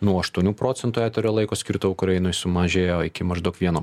nuo aštuonių procentų eterio laiko skirto ukrainoj sumažėjo iki maždaug vieno